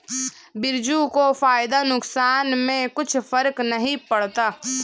बिरजू को फायदा नुकसान से कुछ फर्क नहीं पड़ता